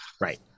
Right